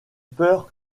peur